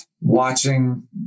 watching